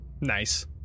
Nice